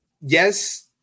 yes